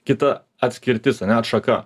kita atskirtis ane atšaka